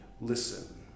listen